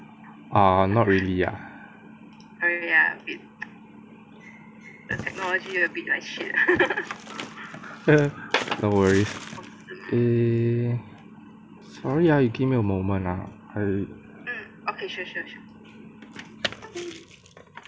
err not really lah no worries eh sorry ah you give me a moment ah I